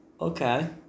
Okay